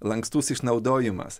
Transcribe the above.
lankstus išnaudojimas